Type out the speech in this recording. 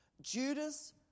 Judas